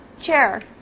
chair